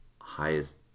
highest